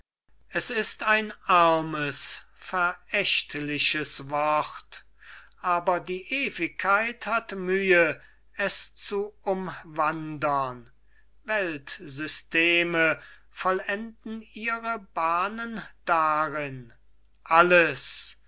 es ist ein armes verächtliches wort aber die ewigkeit hat mühe es zu umwandern weltsysteme vollenden ihre bahnen darin alles